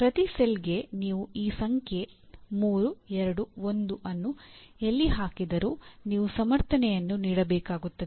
ಪ್ರತಿ ಸೆಲ್ಗೆ ನೀವು ಈ ಸಂಖ್ಯೆ 3 2 1 ಅನ್ನು ಎಲ್ಲಿ ಹಾಕಿದರೂ ನೀವು ಸಮರ್ಥನೆಯನ್ನು ನೀಡಬೇಕಾಗುತ್ತದೆ